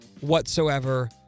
whatsoever